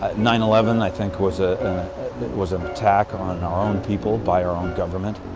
ah nine eleven i think was ah was an attack on our own people, by our own government.